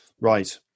Right